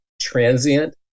transient